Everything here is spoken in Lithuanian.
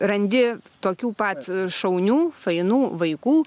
randi tokių pat šaunių fainų vaikų